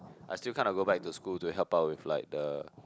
I still kinda go back to school to help out with like the